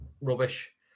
rubbish